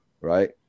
right